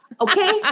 Okay